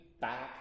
back